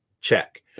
Check